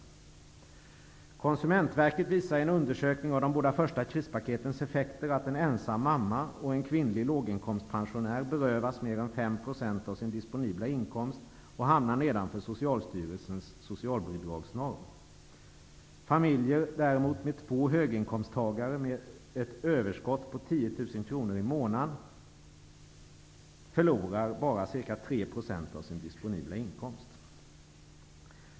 Konsumentverket har visat i en undersökning av de båda första krispaketens effekter att en ensam mamma och en kvinnlig låginkomstpensionär berövas mer än 5 % av sin disponibla inkomst och hamnar nedanför Socialstyrelsens socialbidragsnorm. Hushåll med två höginkomsttagare med ett överskott på 10 000 kr i månaden, förlorar bara ca 3 % av sin disponibla inkomst.